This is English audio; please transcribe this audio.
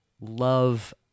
love